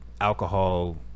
alcohol